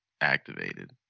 activated